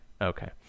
Okay